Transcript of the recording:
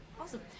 Awesome